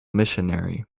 missionary